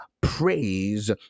Praise